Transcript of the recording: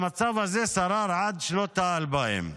המצב זה שרר עד שנות ה-2000.